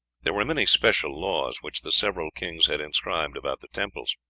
there were many special laws which the several kings had inscribed about the temples.